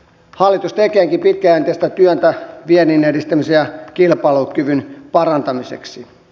hallitus tekeekin pitkäjänteistä työtä viennin edistämisen ja kilpailukyvyn parantamiseksi